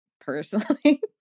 personally